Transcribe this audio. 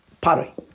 Pari